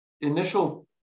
initial